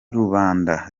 rubanda